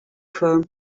her